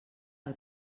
del